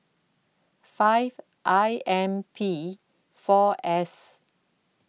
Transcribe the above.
five I M P four S